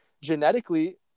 genetically